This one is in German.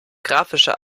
grafischer